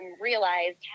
realized